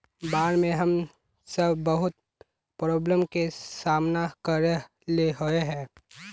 बाढ में हम सब बहुत प्रॉब्लम के सामना करे ले होय है?